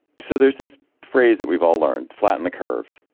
so there's this phrase that we've all learned flatten the curve,